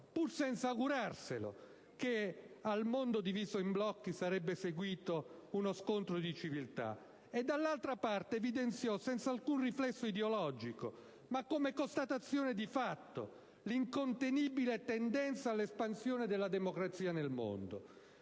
pur senza augurarselo, che al mondo diviso in blocchi sarebbe seguito uno scontro di civiltà, e dall'altra evidenziò senza alcun riflesso ideologico, ma come constatazione di fatto, l'incontenibile tendenza all'espansione della democrazia nel mondo.